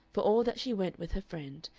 for all that she went with her friend,